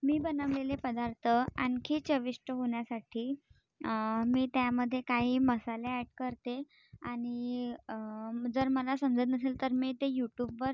मी बनवलेले पदार्थ आणखी चविष्ट होण्यासाठी मी त्यामध्ये काही मसाले अॅट करते आणि जर मला समजत नसेल तर मी ते यूटूबवर